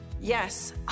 Yes